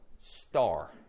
star